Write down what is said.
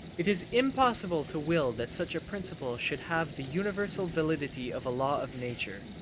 it is impossible to will that such a principle should have the universal validity of a law of nature.